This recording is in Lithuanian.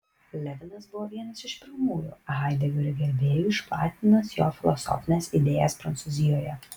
levinas buvo vienas iš pirmųjų haidegerio gerbėjų išplatinęs jo filosofines idėjas prancūzijoje